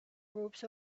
groups